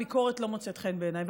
הביקורת לא מוצאת חן בעיניי,